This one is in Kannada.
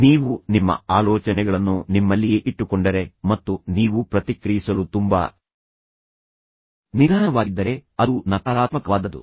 ನೀವು ನಿಮ್ಮ ಆಲೋಚನೆಗಳನ್ನು ನಿಮ್ಮಲ್ಲಿಯೇ ಇಟ್ಟುಕೊಂಡರೆ ಮತ್ತು ನೀವು ಪ್ರತಿಕ್ರಿಯಿಸಲು ತುಂಬಾ ನಿಧಾನವಾಗಿದ್ದರೆ ಅದು ನಕಾರಾತ್ಮಕವಾದದ್ದು